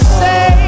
say